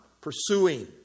pursuing